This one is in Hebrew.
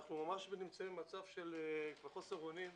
אנחנו ממש נמצאים במצב של חוסר אונים.